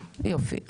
יופי,